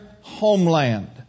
homeland